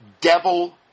devil